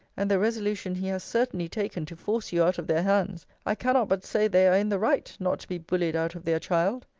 and the resolution he has certainly taken to force you out of their hands, i cannot but say they are in the right, not to be bullied out of their child.